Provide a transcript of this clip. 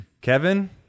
kevin